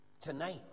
tonight